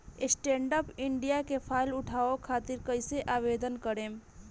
Stand up India के फाइदा उठाओ खातिर कईसे आवेदन करेम?